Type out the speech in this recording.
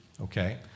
okay